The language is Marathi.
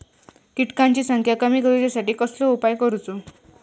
किटकांची संख्या कमी करुच्यासाठी कसलो उपाय करूचो?